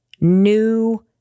new